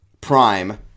Prime